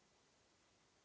Hvala,